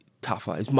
tougher